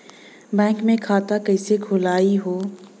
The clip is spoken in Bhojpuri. बैक मे खाता कईसे खुली हो?